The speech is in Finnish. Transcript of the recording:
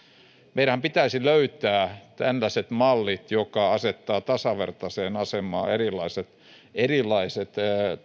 meidänhän pitäisi löytää tällaiset mallit jotka asettavat tasavertaiseen asemaan erilaiset erilaiset